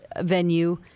venue